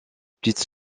petite